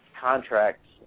contracts